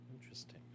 Interesting